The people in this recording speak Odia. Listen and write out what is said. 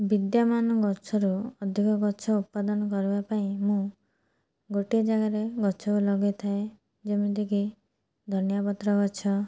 ବିଦ୍ୟମାନ ଗଛରୁ ଅଧିକ ଗଛ ଉତ୍ପାଦନ କରିବା ପାଇଁ ମୁଁ ଗୋଟିଏ ଜାଗାରେ ଗଛ ଲଗେଇଥାଏ ଯେମିତିକି ଧନିଆ ପତ୍ର ଗଛ